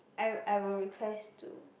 I I will request to